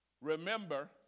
remember